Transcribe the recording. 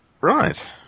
Right